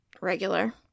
regular